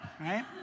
right